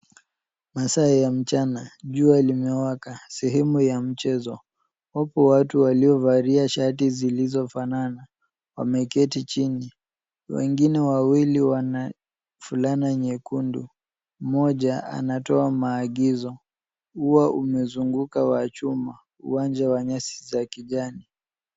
Masaa ya mchana. Jua limewaka. Sehemu mchezo. Wapo watu waliovalia shati zilizofanana wameketi chini. Wengine wawili wana fulana nyekundu. Mmoja anatoa maagizo. Ua umezunguka wa chuma. Uwanja wa nyasi za kijani.